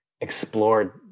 explored